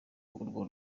urwo